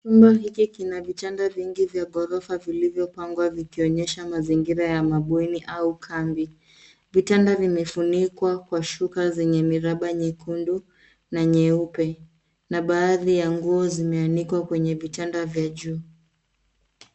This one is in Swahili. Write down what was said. Nyumba hiki kina vitanda vingi vya ghorofa vilivyopangwa vikionyesha mazingira ya mabweni au kambi. Vitanda vimefunikwa kwa shuka zenye miraba nyekundu na nyeupe na baadhi ya nguo zimeanikwa kwenye vitanda vya juu.